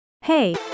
Hey